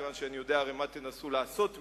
כיוון שאני יודע הרי מה תנסו לעשות מזה,